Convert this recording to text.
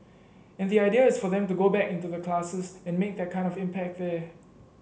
and the idea is for them to go back into the classes and make that kind of impact there